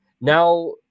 Now